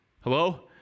Hello